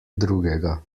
drugega